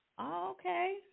Okay